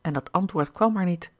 en dat antwoord kwam maar niet